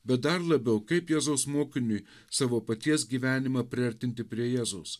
bet dar labiau kaip jėzaus mokiniui savo paties gyvenimą priartinti prie jėzaus